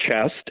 chest